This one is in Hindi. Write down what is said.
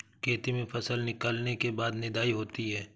खेती में फसल निकलने के बाद निदाई होती हैं?